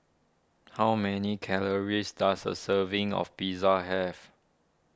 how many calories does a serving of Pizza have